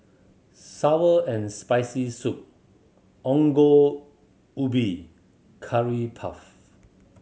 sour and Spicy Soup Ongol Ubi Curry Puff